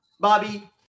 Bobby